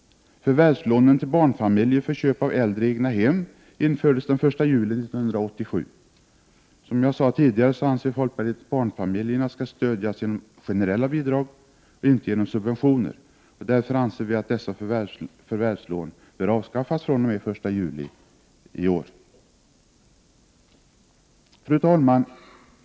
Förvärvslånen till barnfamiljer för köp av äldre egnahem infördes den 1 juli 1987. Som jag sade tidigare, anser folkpartiet att barnfamiljerna skall stödjas genom generella bidrag och inte genom subventioner, och därför anser vi att dessa förvärvslån bör avskaffas fr.o.m. 1 juli i år. Fru talman!